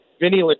Vinny